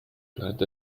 blind